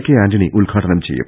K Antony ഉദ്ഘാടനം ചെയ്യും